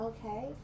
Okay